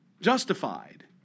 justified